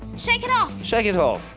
shake it off. shake it off.